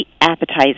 appetizer